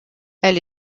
elle